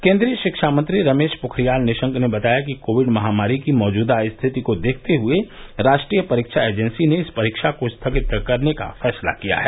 केंद्रीय शिक्षा मंत्री रमेश पोखरियाल निशंक ने बताया कि कोविड महामारी की मौजूदा स्थिति को देखते हुए राष्ट्रीय परीक्षा एजेंसी ने इस परीक्षा को स्थगित करने का फैसला किया है